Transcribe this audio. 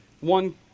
one